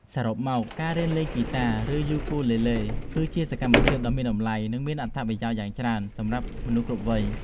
សរុបមក ការរៀនលេងហ្គីតា ឬ យូគូលេលេ គឺជាសកម្មភាពដ៏មានតម្លៃ និងមានអត្ថប្រយោជន៍យ៉ាងច្រើនសម្រាប់មនុស្សគ្រប់វ័យ។